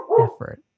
effort